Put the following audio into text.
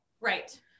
right